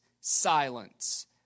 Silence